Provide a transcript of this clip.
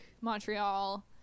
Montreal